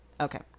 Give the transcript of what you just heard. Okay